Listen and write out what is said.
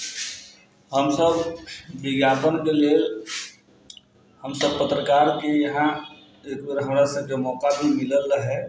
हमसब विज्ञापनके लेल हमसब पत्रकारके यहाँ एकबार हमरा सबके मौका भी मिलल रहै